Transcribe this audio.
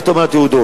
יחתום על תעודות.